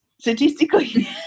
statistically